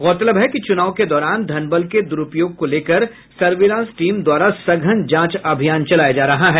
गौरतलब है कि चुनाव के दौरान धनबल के दुरूपयोग को लेकर सर्विलांस टीम द्वारा सघन जांच अभियान चलाया जा रहा है